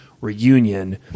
reunion